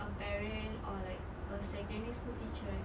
a parent or like a secondary school teacher right